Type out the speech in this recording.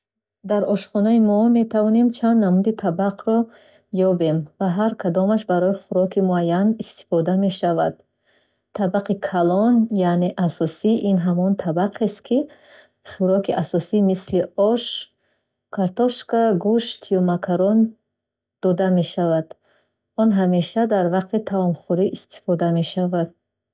Дар ошхона мо метавонем чанд намуди табақро ёбем, ва ҳар кадомаш барои хӯроки муайян истифода мешавад. Табақи калон яъне асосӣ — ин ҳамон табақест, ки хӯроки асосӣ мисли ош, картошка, гӯшт ё макарон дода мешавад. Он ҳамеша дар вақти таомхӯрӣ истифода мешавад.